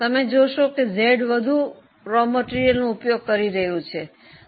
તમે જોશો કે Z વધુ કાચા માલનો ઉપયોગ કરી રહ્યું છે